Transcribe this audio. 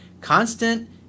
Constant